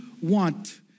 want